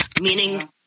Meaning